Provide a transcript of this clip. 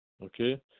okay